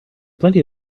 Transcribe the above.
plenty